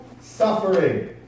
suffering